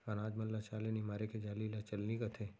अनाज मन ल चाले निमारे के जाली ल चलनी कथें